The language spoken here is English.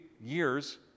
years